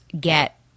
get